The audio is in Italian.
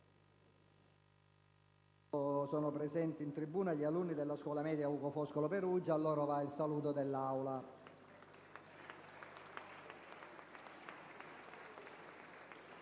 sono presenti in tribuna gli alunni della Scuola media «Ugo Foscolo» di Perugia. A loro va il saluto dell'Assemblea.